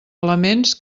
elements